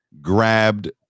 grabbed